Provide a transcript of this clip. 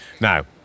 Now